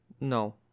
no